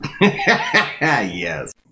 Yes